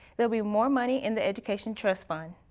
will be more money in the education trust fund.